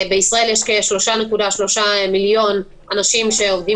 בישראל יש כ-3.3 מיליון אנשים שעובדים